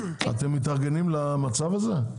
אתם מתארגנים למצב הזה?